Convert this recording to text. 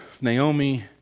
Naomi